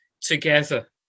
together